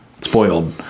spoiled